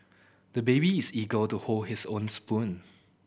the baby is eager to hold his own spoon